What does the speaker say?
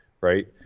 right